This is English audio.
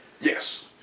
yes